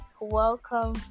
welcome